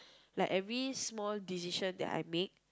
like every small decision that I make